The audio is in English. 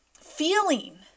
feeling